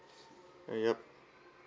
yup